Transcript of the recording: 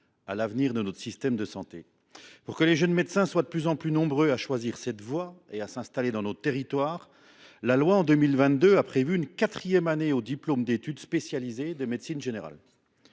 à l’avenir de notre système de santé. Pour que les jeunes médecins soient de plus en plus nombreux à choisir cette voie et à s’installer dans nos territoires, en 2022, une quatrième année au diplôme d’études spécialisées de médecine générale